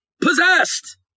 possessed